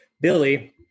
Billy